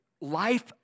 life